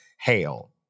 hail